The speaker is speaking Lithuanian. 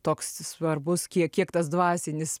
toks svarbus kiek kiek tas dvasinis